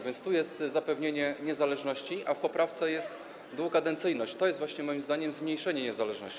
A więc tu jest zapewnienie niezależności, a w poprawce jest dwukadencyjność, i to jest właśnie moim zdaniem zmniejszenie niezależności.